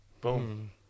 Boom